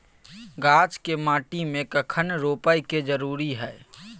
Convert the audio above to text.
गाछ के माटी में कखन रोपय के जरुरी हय?